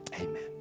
Amen